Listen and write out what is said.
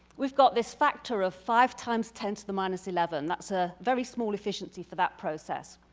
we've got this factor of five times ten to the minus eleven. that's a very small efficiency for that process.